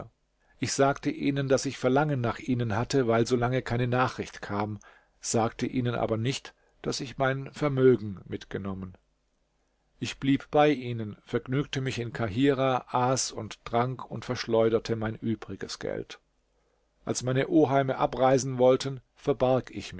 ich sagte ihnen daß ich verlangen nach ihnen hatte weil so lange keine nachricht kam sagte ihnen aber nicht daß ich mein vermögen mitgenommen ich blieb bei ihnen vergnügte mich in kahirah aß und trank und verschleuderte mein übriges geld als meine oheime abreisen wollten verbarg ich